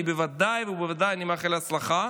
אני בוודאי ובוודאי מאחל הצלחה,